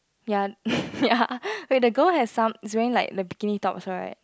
ya ya wait the girl has some is wearing like the bikini tops rights